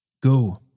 Go